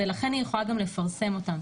ולכן היא יכולה גם לפרסם אותה.